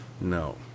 No